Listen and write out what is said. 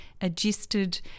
adjusted